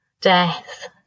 death